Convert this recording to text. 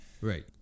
Right